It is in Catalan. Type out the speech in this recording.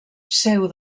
seu